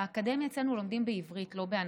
באקדמיה אצלנו לומדים בעברית, לא באנגלית.